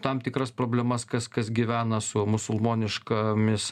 tam tikras problemas kas kas gyvena su musulmoniškomis